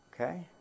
Okay